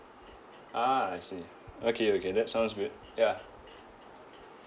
ah I see okay okay that sounds good ya